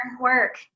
work